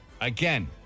Again